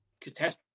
catastrophe